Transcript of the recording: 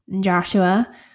Joshua